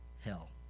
hell